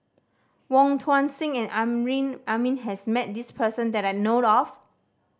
Wong Tuang Seng and Amrin Amin has met this person that I know of